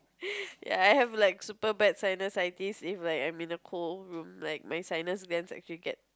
ya I have like super bad sinusitis if like I'm in a cold room like my sinus vents actually get